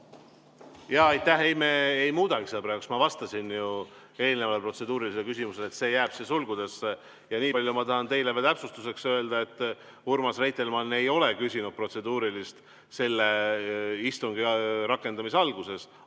Aitäh! Ei, me ei muudagi seda praegu. Ma vastasin ju eelnevale protseduurilisele küsimusele, et see jääb siia sulgudesse. Ja niipalju ma tahan teile veel täpsustuseks öelda, et Urmas Reitelmann ei ole küsinud protseduurilist küsimust istungi rakendamise alguses,